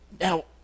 Now